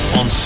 on